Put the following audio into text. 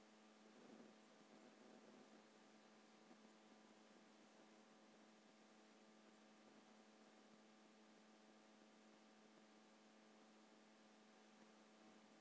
जेन कंपनी म कोनो मनखे ह सेयर लगाय हवय ओ कंपनी ह बने आघु बड़गे तब तो जेन मनखे ह शेयर लगाय रहिथे ओखर बर बने हो जाथे